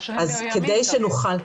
או שהם מאוימים גם.